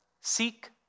seek